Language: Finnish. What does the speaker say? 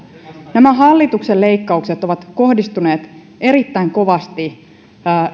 nämä hallituksen leikkaukset ovat kohdistuneet erittäin kovasti